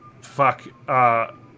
fuck